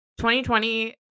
2020